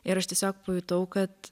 ir aš tiesiog pajutau kad